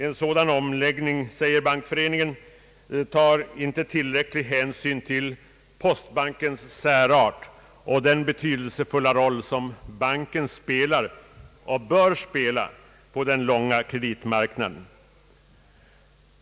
En sådan omläggning, säger Bankföreningen, tar inte tillräcklig hänsyn till postbankens särart och den betydelsefulla roll som banken spelar och bör spela på den långa kreditmarknaden.